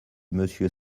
monsieur